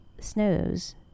snows